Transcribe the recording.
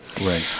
Right